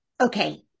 okay